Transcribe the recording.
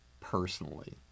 personally